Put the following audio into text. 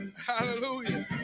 Hallelujah